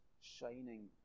shining